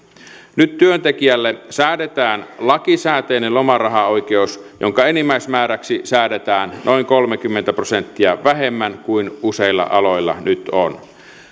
nyt työntekijälle säädetään lakisääteinen lomarahaoikeus jonka enimmäismääräksi säädetään noin kolmekymmentä prosenttia vähemmän kuin useilla aloilla nyt on